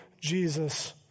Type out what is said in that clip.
Jesus